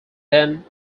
then